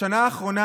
בשנה האחרונה,